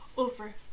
over